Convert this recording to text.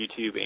YouTube